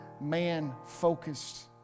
man-focused